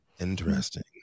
Interesting